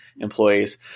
employees